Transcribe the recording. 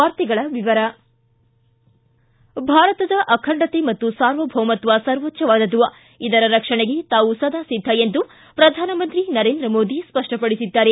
ವಾರ್ತೆಗಳ ವಿವರ ಭಾರತದ ಅಖಂಡತೆ ಮತ್ತು ಸಾರ್ವಭೌಮತ್ತ ಸರ್ವೋಚ್ಚವಾದದ್ದು ಇದರ ರಕ್ಷಣೆಗೆ ತಾವು ಸದಾ ಸಿದ್ದ ಎಂದು ಪ್ರಧಾನಂತ್ರಿ ನರೇಂದ್ರ ಮೋದಿ ಸ್ಪಷ್ಟಪಡಿಸಿದ್ದಾರೆ